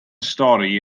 stori